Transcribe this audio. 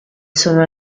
sono